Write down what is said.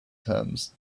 terms